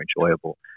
enjoyable